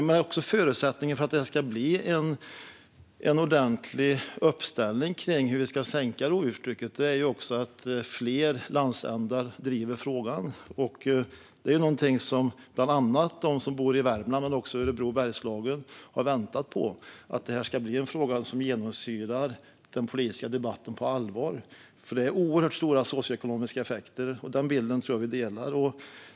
En förutsättning för att det ska bli en ordentlig uppslutning kring hur vi ska sänka rovdjurstrycket är att fler landsändar driver frågan. Bland andra de som bor i Värmland men också Örebro och Bergslagen har väntat på att detta ska bli en fråga som genomsyrar den politiska debatten på allvar, för det handlar om oerhört stora socioekonomiska effekter. Denna bild tror jag att vi delar.